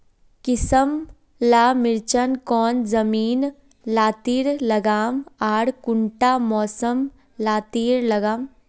किसम ला मिर्चन कौन जमीन लात्तिर लगाम आर कुंटा मौसम लात्तिर लगाम?